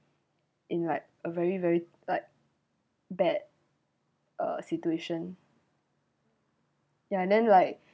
in like a very very like bad uh situation ya and then like